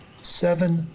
seven